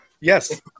Yes